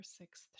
sixth